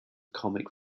comic